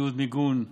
ציוד מיגון,